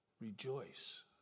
Rejoice